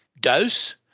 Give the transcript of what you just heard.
dose